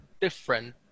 different